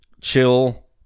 chill